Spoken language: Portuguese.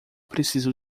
preciso